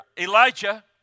Elijah